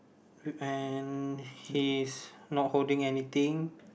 and he's not holding anything